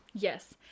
Yes